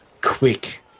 quick